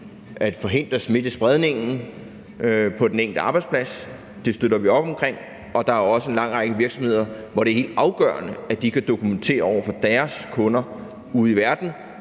at forhindre smittespredningen på den enkelte arbejdsplads. Det støtter vi op omkring. Der er også en lang række virksomheder, som det er helt afgørende for, at de kan dokumentere over for deres kunder ude i verden,